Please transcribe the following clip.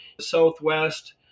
Southwest